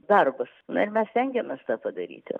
darbas na ir mes stengiamės tą padaryti